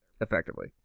effectively